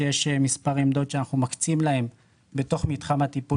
שיש מספר עמדות שאנחנו מקצים להם בתוך מתחם הטיפול